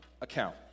account